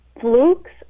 flukes